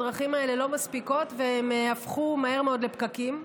הדרכים האלה לא מספיקות והן הפכו מהר מאוד לפקקים.